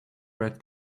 red